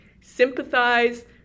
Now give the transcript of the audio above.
sympathize